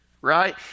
right